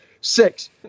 six